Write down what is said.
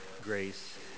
grace